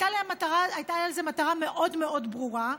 הייתה לזה מטרה מאוד מאוד ברורה,